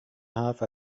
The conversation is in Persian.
حرف